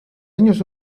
años